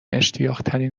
اشتیاقترین